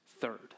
third